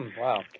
wow.